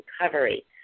recovery